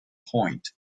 point